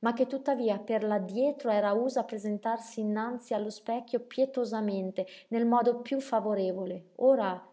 ma che tuttavia per l'addietro era usa a presentarsi innanzi allo specchio pietosamente nel modo piú favorevole ora